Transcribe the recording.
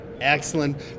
Excellent